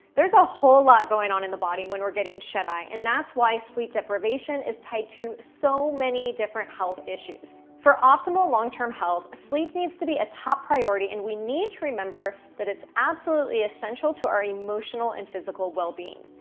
there's a whole lot going on in the body when we're getting shuteye, and that's why sleep deprivation is tied to so many different health issues. for optimal long-term health, sleep needs to be a top priority, and we need to remember that it's absolutely essential to our emotional and physical well-being.